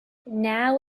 now